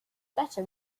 better